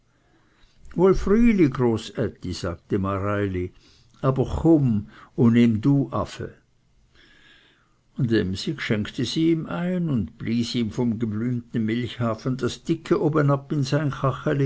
großätti sagte mareili aber chumm u nimm du afe und emsig schenkte sie ihm ein und blies ihm vom geblümten milchhafen das dicke oben ab in